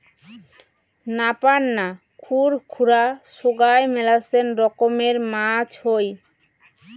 নাপার না, খুর খুরা সোগায় মেলাছেন রকমের মাছ হই